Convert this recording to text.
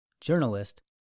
journalist